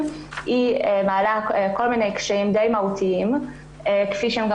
היא מעלה כל מיני קשיים די מהותיים כפי שהם גם